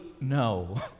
no